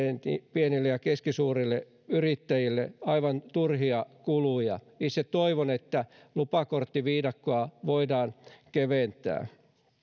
pienille ja keskisuurille yrittäjille aivan turhia kuluja itse toivon että lupakorttiviidakkoa voidaan keventää